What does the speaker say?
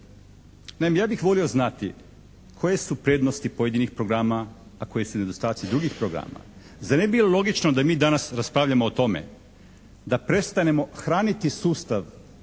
ja bih volio znati koje su prednosti pojedinih programa, a koji su nedostaci drugih programa. Zar ne bi bilo logično da mi danas raspravljamo o tome da prestanemo hraniti sustav